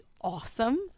awesome